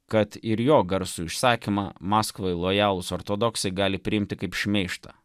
kad ir jo garsųjį įsakymą maskvai lojalūs ortodoksai gali priimti kaip šmeižtą